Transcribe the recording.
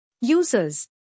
Users